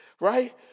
Right